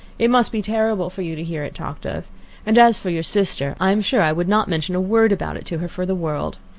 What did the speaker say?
it must be terrible for you to hear it talked of and as for your sister, i am sure i would not mention a word about it to her for the world.